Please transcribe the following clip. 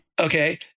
Okay